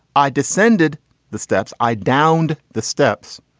i descended the steps. i downed the steps.